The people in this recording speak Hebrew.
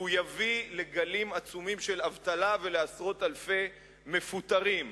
ויביא גלים עצומים של אבטלה ועשרות אלפי מפוטרים.